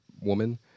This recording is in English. woman